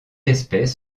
espèce